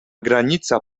granica